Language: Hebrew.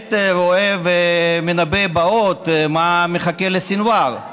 באמת רואה, מנבא את הבאות, מה מחכה לסנוואר.